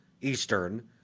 Eastern